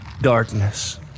Darkness